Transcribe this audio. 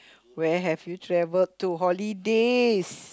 where have you travel to holidays